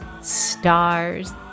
stars